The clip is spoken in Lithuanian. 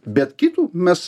bet kitų mes